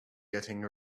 getting